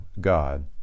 God